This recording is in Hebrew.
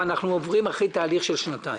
אנחנו עוברים אחרי תהליך של שנתיים.